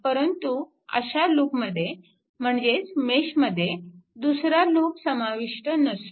परंतु अशा लूपमध्ये म्हणजेच मेशमध्ये दुसरा लूप समाविष्ट नसतो